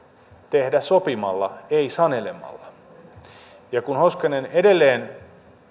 tehdä sopimalla ei sanelemalla kun hoskonen edelleen